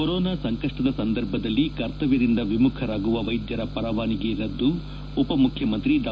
corona ಸಂಕಷ್ಟದ ಸಂದರ್ಭದಲ್ಲಿ ಕರ್ತವ್ಲದಿಂದ ವಿಮುಖರಾಗುವ ವೈದ್ಯರ ಪರವಾನಿಗೆ ರದ್ದು ಉಪಮುಖ್ಯಮಂತ್ರಿ ಡಾ